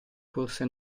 corse